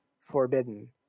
forbidden